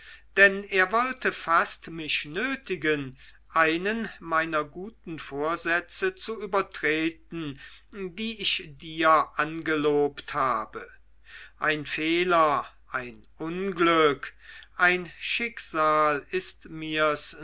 denn er wollte fast mich nötigen einen meiner guten vorsätze zu übertreten die ich dir angelobt habe ein fehler ein unglück ein schicksal ist mir's